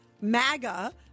MAGA